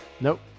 nope